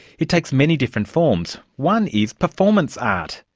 it takes many different forms. one is performance art.